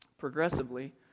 progressively